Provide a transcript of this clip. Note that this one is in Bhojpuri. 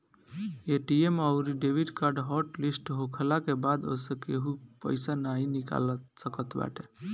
ए.टी.एम अउरी डेबिट कार्ड हॉट लिस्ट होखला के बाद ओसे केहू पईसा नाइ निकाल सकत बाटे